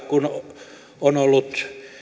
kun on ollut